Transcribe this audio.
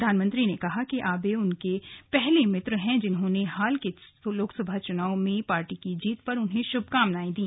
प्रधानमंत्री ने कहा कि आबे उनके पहले मित्र हैं जिन्होंने हाल के लोकसभा चुनाव में पार्टी की जीत पर उन्हें शुभकामनाएं दी